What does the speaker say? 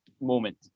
moment